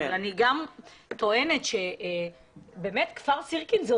אבל אני גם טוענת שבאמת כפר סירקין זה